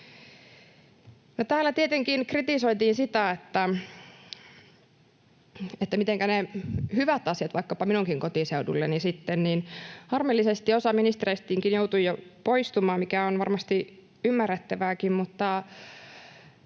kritisoitiin sitä, että mitenkä ne hyvät asiat vaikkapa minunkin kotiseudulleni sitten. Harmillisesti osa ministereistäkin joutui jo poistumaan, mikä on varmasti ymmärrettävääkin,